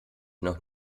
noch